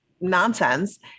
nonsense